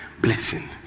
blessing